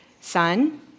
Son